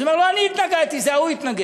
אז הוא אומר: לא אני התנגדתי, זה ההוא התנגד.